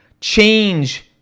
change –